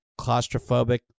claustrophobic